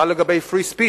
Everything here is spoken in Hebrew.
מה לגבי Free Speech,